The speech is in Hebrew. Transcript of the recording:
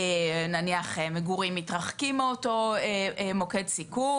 נניח מגורים מתרחקים מאותו מוקד סיכון.